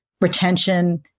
retention